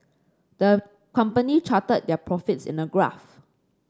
the company charted their profits in a graph